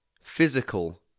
physical